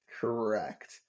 Correct